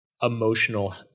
emotional